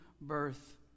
birth